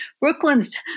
Brooklyn's